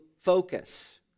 focus